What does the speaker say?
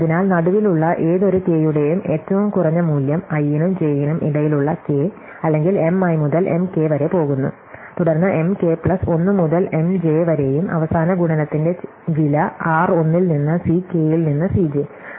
അതിനാൽ നടുവിലുള്ള ഏതൊരു കെ യുടെയും ഏറ്റവും കുറഞ്ഞ മൂല്യം i നും j നും ഇടയിലുള്ള k അല്ലെങ്കിൽ M i മുതൽ M k വരെ പോകുന്നു തുടർന്ന് M k പ്ലസ് 1 മുതൽ M j വരെയും അവസാന ഗുണനത്തിന്റെ വില r1 ൽ നിന്ന് C k ൽ നിന്ന് C j